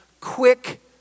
quick